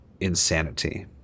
insanity